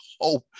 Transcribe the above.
hope